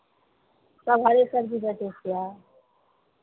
सभ हरे सबजी बेचै छियै